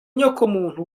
inyokomuntu